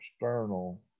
external